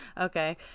Okay